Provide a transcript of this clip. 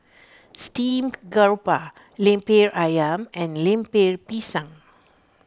Steamed Grouper Lemper Ayam and Lemper Pisang